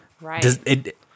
Right